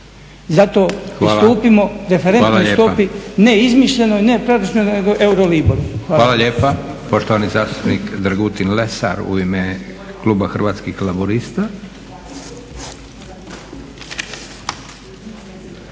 Zato ustupimo referentnoj stopi, ne izmišljenoj, ne … nego euroliboru. **Leko, Josip (SDP)** Hvala lijepa. Poštovani zastupnik Dragutin Lesar u ime Kluba Hrvatskih laburista.